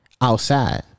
outside